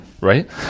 right